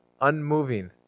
unmoving